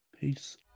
Peace